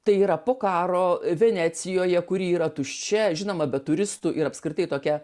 tai yra po karo venecijoje kuri yra tuščia žinoma be turistų ir apskritai tokia